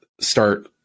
start